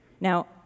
Now